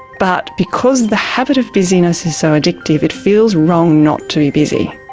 but because the habit of busyness is so addictive, it feels wrong not to be busy.